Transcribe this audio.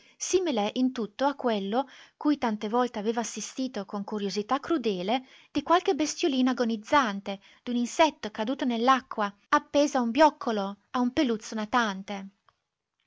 simile in tutto a quello cui tante volte aveva assistito con curiosità crudele di qualche bestiolina agonizzante d'un insetto caduto nell'acqua appeso a un bioccolo a un peluzzo natante